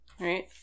Right